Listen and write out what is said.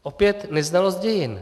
Opět neznalost dějin.